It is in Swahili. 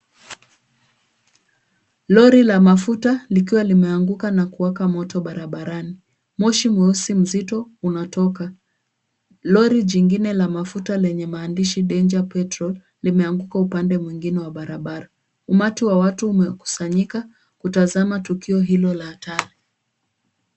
Lori la mafuta likiwa limeanguka na kuwaka moto barabarani. Moshi mweusi mzito unatoka. Lori jingine la mafuta lenye maandishi danger petrol , limeanguka upande mwingine wa barabara. Umati wa watu umekusanyika kutazama tukio hilo la hatari.